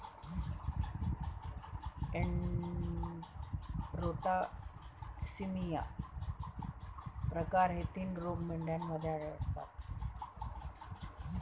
enterotoxaemia प्रकार हे तीन रोग मेंढ्यांमध्ये आढळतात